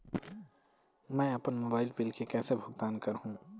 मैं अपन mobile bill के कैसे भुगतान कर हूं?